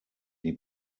die